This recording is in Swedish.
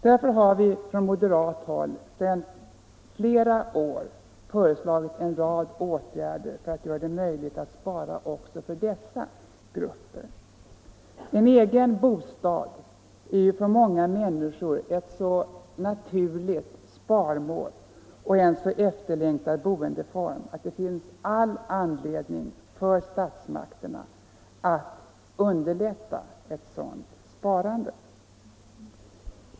Därför har vi från moderat håll i flera år föreslagit en rad åtgärder för att göra det möjligt också för dessa grupper att spara. En egen bostad är för många människor ett så naturligt sparmål och en så efterlängtad boendeform att det finns all anledning för statsmakterna att underlätta sparandet till en sådan.